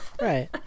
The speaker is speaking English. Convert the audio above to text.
right